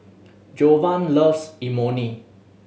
Jovan loves Imoni